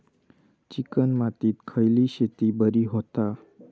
Chicken मातीत खयली शेती बरी होता?